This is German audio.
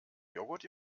joghurt